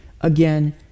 again